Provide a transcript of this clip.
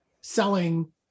selling